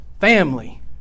Family